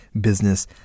business